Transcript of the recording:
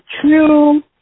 true